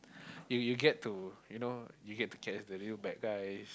if you get to you know get to catch the real bad guy